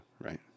right